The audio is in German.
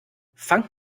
fangt